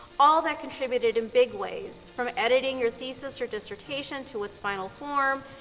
all that contributed in big ways from editing your thesis or dissertation to its final form,